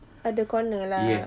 ada corner lah